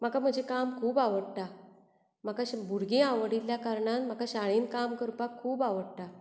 म्हाका म्हजें काम खूब आवडटा म्हाका भुरगीं आवडिल्ल्या कारणान शाळेन काम करपाक खूब आवडटा